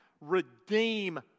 Redeem